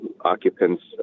occupants